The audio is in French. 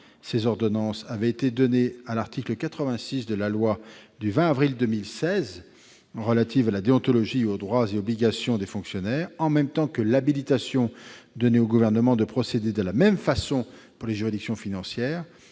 ces ordonnances avait été accordée à l'article 86 de la loi du 20 avril 2016 relative à la déontologie et aux droits et obligations des fonctionnaires en même temps que l'habilitation à procéder de la même façon pour les juridictions financières.